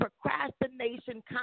procrastination